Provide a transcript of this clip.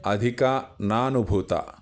अधिका नानुभूता